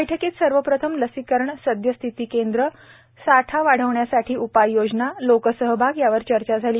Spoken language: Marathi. बैठकीत सर्वप्रथम लसीकरण सद्यस्थिती केंद्रे साठा वाढविण्यासाठी उपाययोजना लोकसहभाग यावर चर्चा झाली